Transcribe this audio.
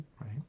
right